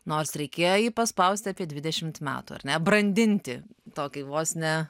nors reikėjo jį paspausti apie dvidešimt metų ar ne brandinti tokį vos ne